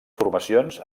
formacions